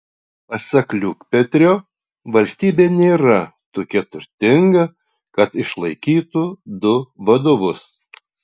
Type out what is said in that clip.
pasak liukpetrio valstybė nėra tokia turtinga kad išlaikytų du vadovus